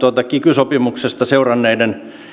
kiky sopimuksesta seuranneiden